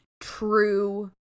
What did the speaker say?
true